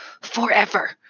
forever